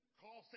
call